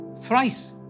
thrice